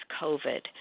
COVID